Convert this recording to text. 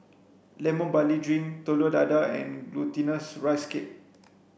lemon barley drink telur dadah and glutinous rice cake